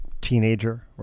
teenager